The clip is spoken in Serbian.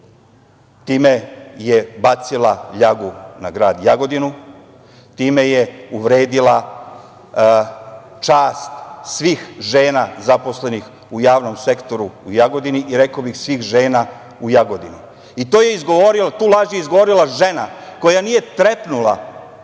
Time je bacila ljagu na grad Jagodinu, time je uvredila čast svih žena zaposlenih u javnom sektoru u Jagodini i svih žena u Jagodini. Tu laž je izgovorila žena koja nije trepnula